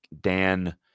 Dan